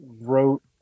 wrote